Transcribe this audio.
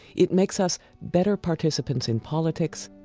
it makes us better participants in politics,